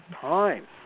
time